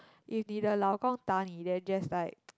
if 你的老公打你 then just like